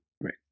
Right